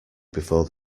before